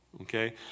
Okay